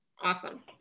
Awesome